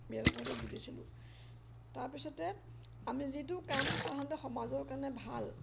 বুজিছিলোঁ তাৰপিছতে আমি যিটো কাম সাধাৰণতে সমাজৰ কাৰণে ভাল